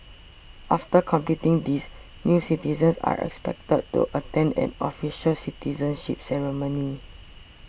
after completing these new citizens are expected to attend an official citizenship ceremony